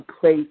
place